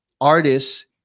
artists